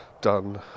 done